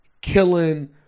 killing